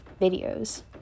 videos